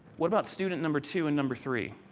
what about student number two and number three?